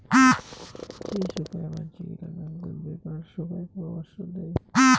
যে সোগায় মানসি গিলা ব্যাঙ্কত বেপার সোগায় পরামর্শ দেই